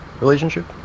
relationship